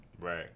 Right